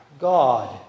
God